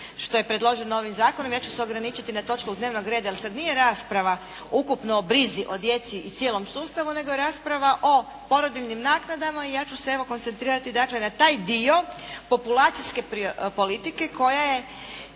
što je predloženo ovim Zakonom. Ja ću se ograničiti na točku dnevnog reda, jer sad nije rasprava ukupno o brizi o djeci i cijelom sustavu, nego je rasprava o porodiljnim naknadama i ja ću se evo koncentrirati dakle na taj dio populacijske politike koja je